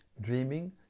Dreaming